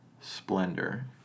splendor